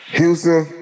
Houston